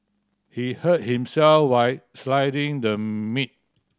he hurt himself while slicing the meat